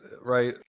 right